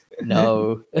no